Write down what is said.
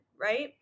right